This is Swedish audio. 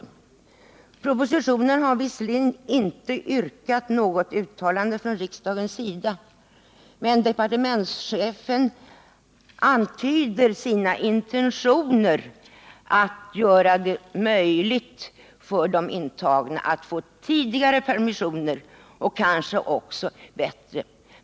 I propositionen har visserligen inte gjorts någon hemställan till riksdagen beträffande tillämpningen av en del av permissionsreglerna, men departementschefen antyder sina intentioner att göra det möjligt för de intagna att få permissioner tidigare och kanske också oftare.